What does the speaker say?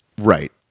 Right